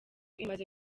imaze